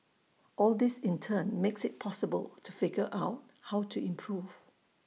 all this in turn makes IT possible to figure out how to improve